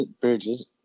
bridges